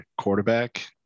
quarterback